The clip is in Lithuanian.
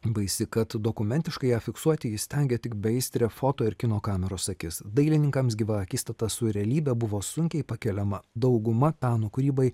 baisi kad dokumentiškai ją fiksuoti įstengia tik beaistrė foto ir kino kameros akis dailininkams gyva akistata su realybe buvo sunkiai pakeliama dauguma peno kūrybai